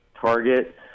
target